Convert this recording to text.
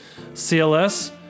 CLS